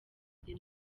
the